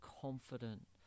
confident